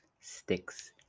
sticks